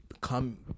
come